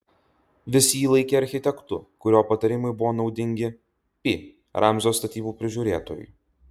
visi jį laikė architektu kurio patarimai buvo naudingi pi ramzio statybų prižiūrėtojui